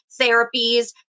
therapies